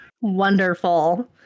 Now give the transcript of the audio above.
Wonderful